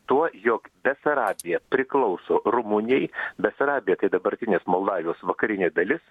tuo jog besarabija priklauso rumunijai besarabija tai dabartinės moldavijos vakarinė dalis